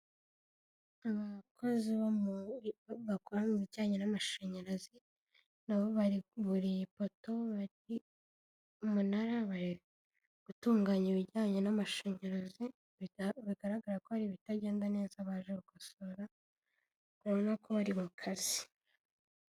Abakozi bakora mu bijyanye n'amashanyarazi na bo buriye ipoto, umunara, bari gutunganya ibijyanye n'amashanyarazi bigaragara ko hari ibitagenda neza baje gukosora ,urabona ko bari mu kazi.